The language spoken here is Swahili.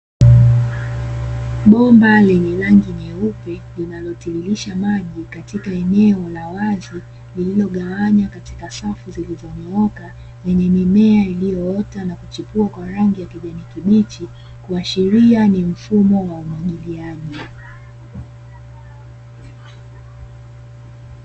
Bomba lenye rangi nyeupe lianalotiririsha maji katika eneo la wazi lililogawanywa katika safu zilizonyooka, lenye mimea iliyoota na kuchipua kwa rangi ya kijani kibichi; kuashiria ni mfumo wa umwagiliaji.